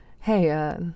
hey